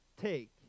take